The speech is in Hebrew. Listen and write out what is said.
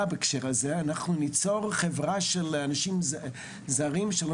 בהקשר הזה אנחנו ניצור חברה של אנשים זרים שלא